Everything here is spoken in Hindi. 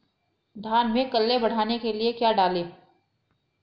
धान में कल्ले बढ़ाने के लिए क्या डालें?